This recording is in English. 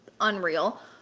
unreal